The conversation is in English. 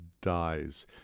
dies